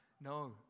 No